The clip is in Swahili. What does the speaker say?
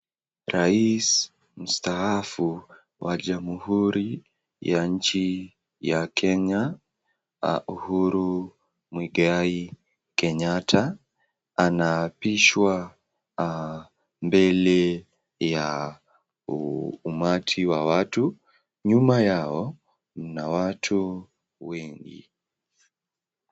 Rais mstaafu wa jamhuri ya nchi ya Kenya Uhuru Muigai Kenyatta anaapishwa mbele ya umati wa watu. Nyuma yao kuna watu wengi.